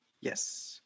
Yes